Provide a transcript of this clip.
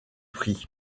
prix